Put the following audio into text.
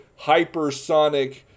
hypersonic